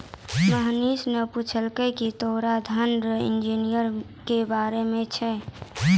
मोहनीश ने पूछलकै की तोरा धन रो इंजीनियरिंग के बारे मे छौं?